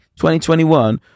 2021